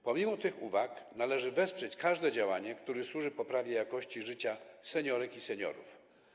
Pomimo tych uwag należy wesprzeć każde działanie, które służy poprawie jakości życia seniorek i seniorów.